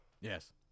Yes